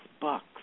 bucks